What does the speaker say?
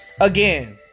Again